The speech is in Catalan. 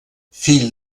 fill